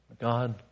God